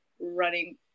running